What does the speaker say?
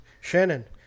Shannon